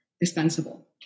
dispensable